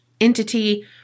entity